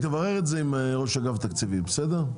תברר את זה עם ראש אגף תקציבים בסדר?